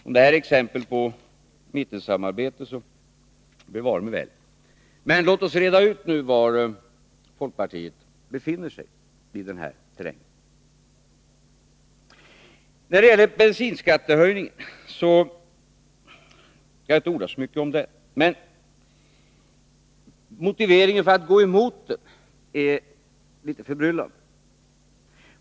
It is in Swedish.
Om det här är exempel på mittensamarbete så bevare mig väl! Men låt oss nu reda ut var i den här terrängen folkpartiet befinner sig. Jag skall inte orda så mycket om bensinskattehöjningen. Motiveringen för att gå emot den är litet förbryllande.